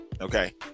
okay